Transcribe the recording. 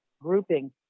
grouping